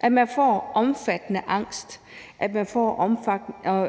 at man får omfattende angst, at man får